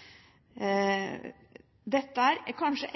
dette som har overslag til rus e.l.